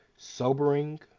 Sobering